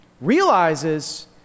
realizes